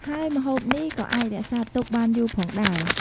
ហើយម្ហូបនេះក៏អាចរក្សាទុកបានយូរផងដែរ។